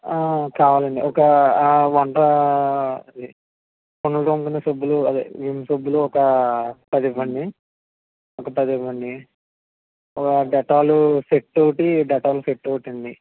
కావాలి అండి ఒక వంట అదే అంట్లు తోముకునే సబ్బులు అదే విమ్ సబ్బులు ఒక పది ఇవ్వండి ఒక పది ఇవ్వండి ఒక డెట్టాల్ సెట్ ఒకటి డెట్టాల్ సెట్ ఒకటి అండి